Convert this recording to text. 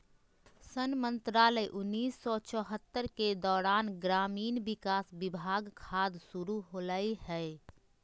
सन मंत्रालय उन्नीस सौ चैह्त्तर के दौरान ग्रामीण विकास विभाग खाद्य शुरू होलैय हइ